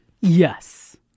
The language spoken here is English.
Yes